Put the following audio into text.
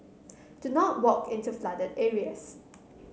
do not walk into flooded areas